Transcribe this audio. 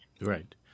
Right